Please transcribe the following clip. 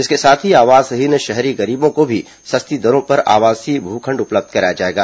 इसके साथ ही आवसहीन शहरी गरीबों को भी सस्ती दरों पर आवासीय भू खण्ड उपलब्ध कराया जाएगा